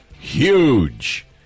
Huge